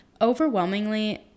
Overwhelmingly